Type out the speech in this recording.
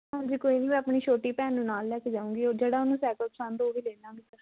ਹਾਂਜੀ ਕੋਈ ਨਹੀਂ ਮੈਂ ਆਪਣੀ ਛੋਟੀ ਭੈਣ ਨੂੰ ਨਾਲ ਲੈ ਕੇ ਜਾਊਂਗੀ ਉਹ ਜਿਹੜਾ ਉਹਨੂੰ ਸਾਈਕਲ ਪਸੰਦ ਹੋਵੇ ਉਹ ਲੈ ਲਾਂਗੇ ਸਰ